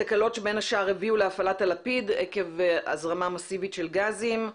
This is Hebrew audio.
תקלות שבין השאר הביאו להפעלת הלפיד עקב הזרמה מאסיבית של גזים.